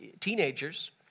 teenagers